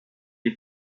est